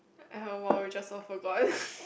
oh !wow! we just all forgot